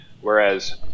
Whereas